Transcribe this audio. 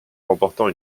remportant